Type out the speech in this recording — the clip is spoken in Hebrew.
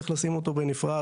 צריך לשים אותו בנפרד.